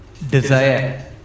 desire